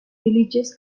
religious